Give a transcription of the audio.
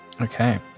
Okay